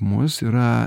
mus yra